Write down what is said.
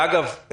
ואגב,